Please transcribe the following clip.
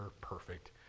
perfect